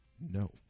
No